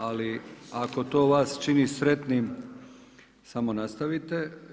Ali ako to vas čini sretnim samo nastavite.